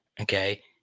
Okay